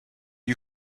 are